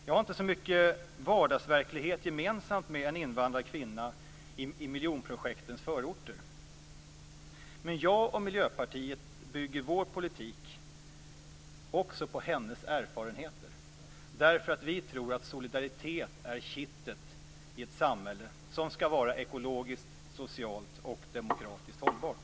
Jag har inte så mycket vardagsverklighet gemensamt med en invandrad kvinna i miljonprojektens förorter. Men jag och Miljöpartiet bygger vår politik också på hennes erfarenheter, därför att vi tror att solidaritet är kittet i ett samhälle som skall vara ekologiskt, socialt och demokratiskt hållbart.